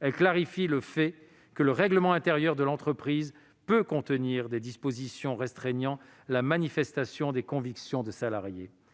Elle clarifie le fait que le règlement intérieur de l'entreprise peut contenir des dispositions restreignant la manifestation des convictions des salariés.